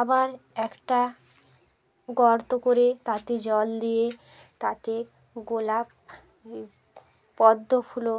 আবার একটা গর্ত করে তাতে জল দিয়ে তাতে গোলাপ পদ্ম ফুলও